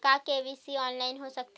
का KYC online हो सकथे?